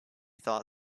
thought